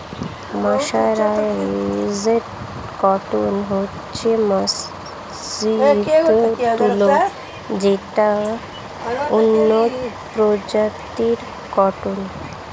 mercerised cotton হচ্ছে মার্জিত তুলো যেটা উন্নত প্রজাতির কটন